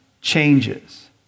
changes